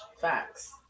Facts